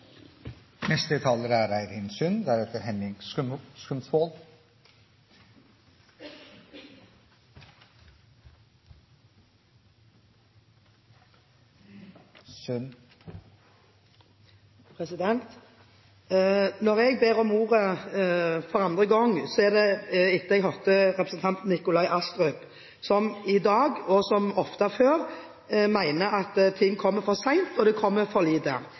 Når jeg ber om ordet for andre gang, så er det fordi jeg hørte representanten Nikolai Astrup, som i dag – som så ofte før – mener at ting kommer for sent, og det kommer for lite.